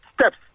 steps